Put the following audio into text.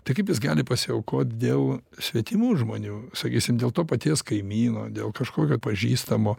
tai kaip jis gali pasiaukot dėl svetimų žmonių sakysim dėl to paties kaimyno dėl kažkokio pažįstamo